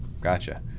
Gotcha